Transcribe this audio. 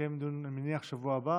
יתקיים דיון, אני מניח, בשבוע הבא.